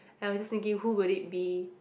I was just thinking who would it be